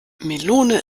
melone